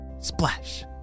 splash